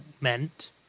meant